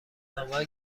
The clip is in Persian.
انواع